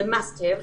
זה must have,